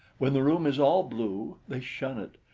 when the room is all blue, they shun it.